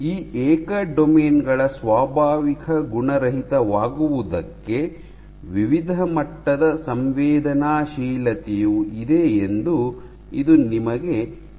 ಈ ಏಕ ಡೊಮೇನ್ ಗಳ ಸ್ವಾಭಾವಿಕ ಗುಣರಹಿತವಾಗುವುದಕ್ಕೆ ವಿವಿಧ ಮಟ್ಟದ ಸಂವೇದನಾಶೀಲತೆಯು ಇದೆ ಎಂದು ಇದು ನಿಮಗೆ ಹೇಳುತ್ತದೆ